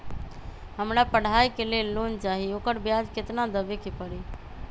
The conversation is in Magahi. हमरा पढ़ाई के लेल लोन चाहि, ओकर ब्याज केतना दबे के परी?